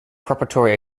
preparatory